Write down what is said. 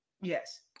Yes